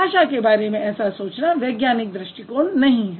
भाषा के बारे में ऐसा सोचना वैज्ञानिक दृष्टिकोण नहीं है